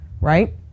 right